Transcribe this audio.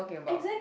exact